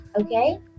okay